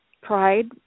pride